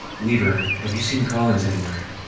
weaver, have you seen collins anywhere?